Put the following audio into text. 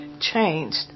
changed